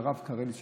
של הרב קרליץ.